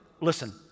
listen